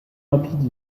rapide